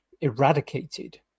eradicated